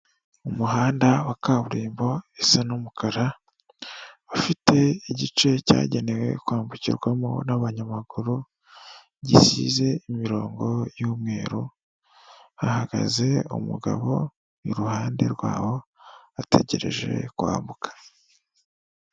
Umuhanda wa kaburimbo isa n'umukara, ufite igice cyagenewe kwambukirwamo n'abanyamaguru, gisize imirongo y'umweru, hahagaze umugabo iruhande rwabo ategereje kwambuka.